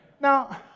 Now